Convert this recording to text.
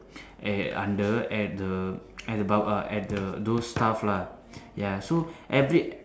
air under at the at the barbe~ at the those stuff lah ya so every